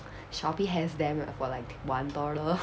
shopee has them for like one dollar